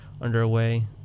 underway